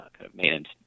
maintenance